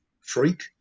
freak